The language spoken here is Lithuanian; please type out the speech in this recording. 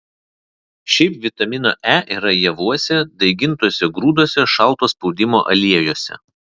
šiaip vitamino e yra javuose daigintuose grūduose šalto spaudimo aliejuose